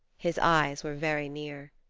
his eyes were very near.